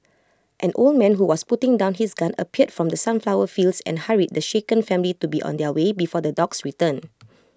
an old man who was putting down his gun appeared from the sunflower fields and hurried the shaken family to be on their way before the dogs return